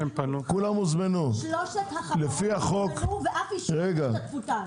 שלוש החברות הוזמנו ואף אישרו השתתפותן.